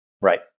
Right